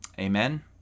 Amen